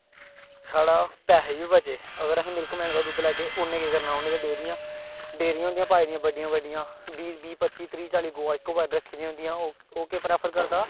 साढ़ा पैहे बी बचे अगर असीं मिल्क मैन कोला दुद्ध लैगे उ'नें केह् करना उ'नें ते डेरियां डेरियां होंदियां पाई दियां बड्डियां बड्डियां बीह् बीह् पच्ची त्रीह् चाली गवां इक्को बारी रक्खी दियां होंदियां ओह् ओह् केह् प्रफैर करदा